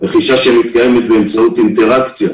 רכישה שמתקיימת באמצעות אינטראקציה